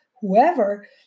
whoever